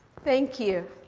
thank you.